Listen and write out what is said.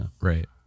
Right